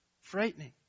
Frightening